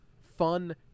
fun